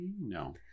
no